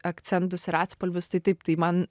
akcentus ir atspalvius tai taip tai man